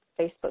Facebook